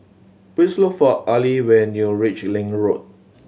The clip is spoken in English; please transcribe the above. please look for Arley when you reach Link Road